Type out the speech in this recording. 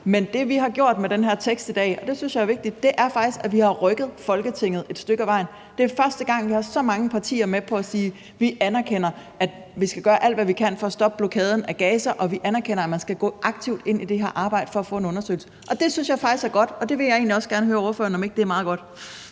Men det, vi har gjort med den her tekst i dag – og det synes jeg er vigtigt – er faktisk, at vi har rykket Folketinget et stykke ad vejen. Det er første gang, vi har så mange partier med på at sige: Vi anerkender, at vi skal gøre alt, hvad vi kan, for at stoppe blokaden af Gaza, og vi anerkender, at man skal gå aktivt ind i det her arbejde for at få en undersøgelse. Det synes jeg faktisk er godt, og der vil jeg egentlig gerne høre ordføreren, om ikke det er meget godt.